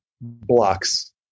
blocks